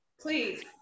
please